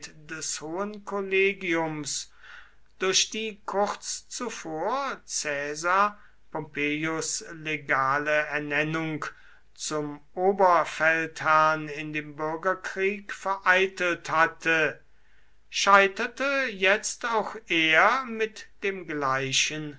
des hohen kollegiums durch die kurz zuvor caesar pompeius legale ernennung zum oberfeldherrn in dem bürgerkrieg vereitelt hatte scheiterte jetzt auch er mit dem gleichen